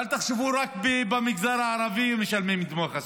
אל תחשבו שרק במגזר הערבי משלמים דמי חסות.